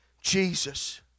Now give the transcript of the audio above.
Jesus